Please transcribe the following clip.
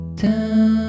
down